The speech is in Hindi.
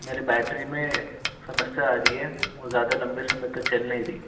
मेरे बेटरी में समस्या आ रही है वो लंबे समय तक चल नहीं रही